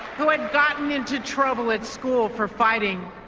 who had gotten into trouble at school for fighting.